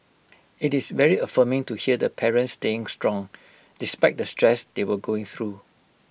IT is very affirming to hear the parents staying strong despite the stress they were going through